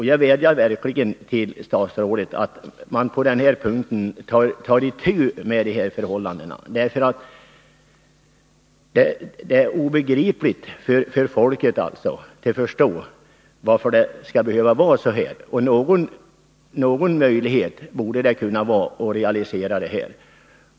Jag vädjar verkligen till statsrådet att man på den här punkten tar itu med dessa förhållanden, därför att det är obegripligt för folket att förstå varför det skall behöva vara på detta sätt. Det borde finnas någon möjlighet att realisera det här.